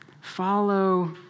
follow